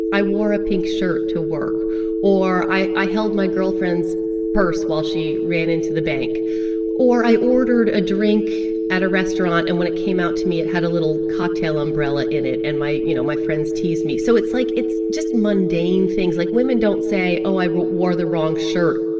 i wore a pink shirt to work or, i i held my girlfriend's purse while she ran into the bank or, i ordered a drink at a restaurant. and when it came out to me, it had a little cocktail umbrella in it, and my you know, my friends teased me. so it's like it's just mundane things. like, women don't say, oh, i wore the wrong shirt